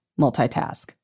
multitask